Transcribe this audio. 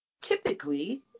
typically